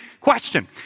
Question